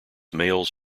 males